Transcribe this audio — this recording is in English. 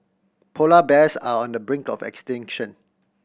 polar bears are on the brink of extinction